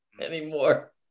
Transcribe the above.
anymore